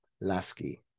Lasky